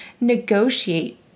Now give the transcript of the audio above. negotiate